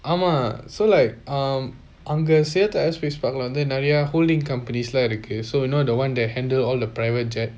ஆமா:aama so like um அங்க:anga then நிறைய:neraiya hoolyn companies lah இருக்கு:irukku so you know the one that handle all the private jet